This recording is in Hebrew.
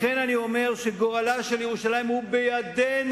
לכן אני אומר שגורלה של ירושלים הוא בידינו,